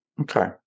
Okay